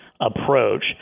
approach